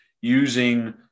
using